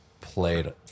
played